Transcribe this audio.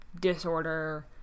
disorder